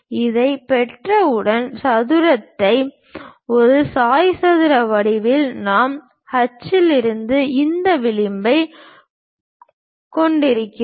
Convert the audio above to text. இதைப் பெற்றவுடன் சதுரத்தை ஒரு சாய்ந்த சதுர வடிவத்தில் நாம் H இலிருந்து இந்த விளிம்பைக் கொண்டிருக்கிறோம்